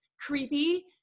creepy